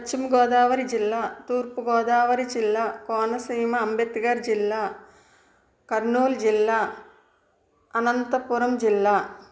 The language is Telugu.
పశ్చిమగోదావరి జిల్లా తూర్పుగోదావరి జిల్లా కోనసీమ అంబేద్కర్ జిల్లా కర్నూల్ జిల్లా అనంతపురం జిల్లా